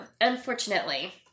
unfortunately